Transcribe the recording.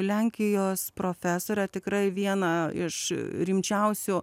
lenkijos profesorę tikrai vieną iš rimčiausių